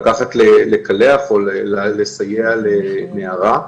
לקחת לקלח או לסייע לנערה.